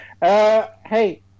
Hey